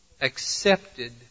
accepted